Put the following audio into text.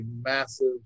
massive